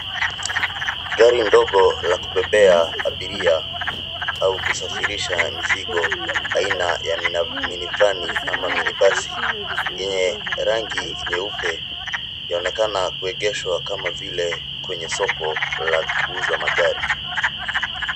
Gari ndogo la kubebea abiria au kusafirisha mizigo aina ya minivani au minibasi yenye rangi nyeupe yaonekana kuegeshwa kama vile kwenye soko la kuuza magari.